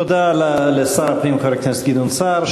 תודה לשר הפנים חבר הכנסת גדעון סער.